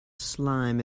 slime